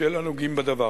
של הנוגעים בדבר.